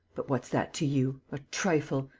but what's that to you? a trifle!